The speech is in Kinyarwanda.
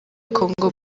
kongo